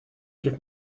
give